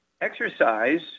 exercise